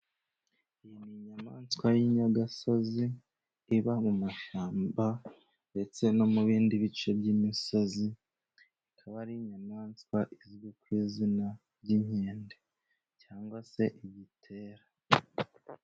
Iyi ni inyamaswa y'inyagasozi iba mu mashyamba, ndetse no mu bindi bice by'imisozi. Ikaba ari inyamaswa izwi ku izina ry'inkende cyangwag se igitera.